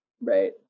right